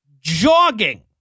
jogging